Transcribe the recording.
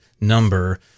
number